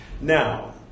Now